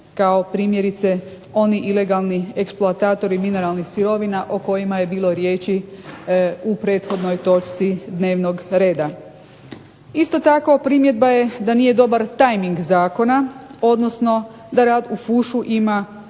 kao primjerice oni ilegalni eksploatatori mineralnih sirovina o kojima je bilo riječi u prethodnoj točci dnevnog reda. Isto tako primjedba je da nije dobar tajming zakona, odnosno da rad u fušu ima